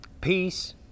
peace